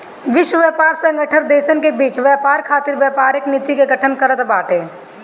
विश्व व्यापार संगठन देसन के बीच व्यापार खातिर व्यापारिक नीति के गठन करत बाटे